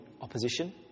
opposition